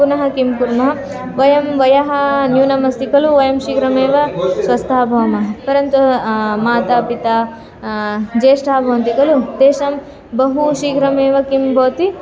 पुनः किं कुर्मः वयं वयः न्यूनमस्ति कलु वयं शीघ्रमेव स्वस्था भवामः परन्तु माता पिता ज्येष्ठा भवन्ति खलु तेषां बहु शीघ्रमेव किं भवति